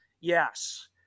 Yes